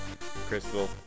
Crystal